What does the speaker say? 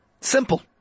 Simple